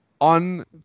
On